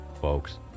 folks